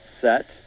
set